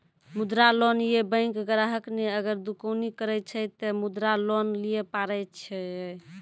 मुद्रा लोन ये बैंक ग्राहक ने अगर दुकानी करे छै ते मुद्रा लोन लिए पारे छेयै?